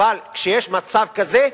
אבל כשיש מצב כזה,